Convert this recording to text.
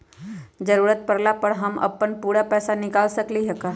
जरूरत परला पर हम अपन पूरा पैसा निकाल सकली ह का?